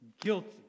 Guilty